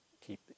keep